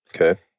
Okay